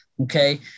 Okay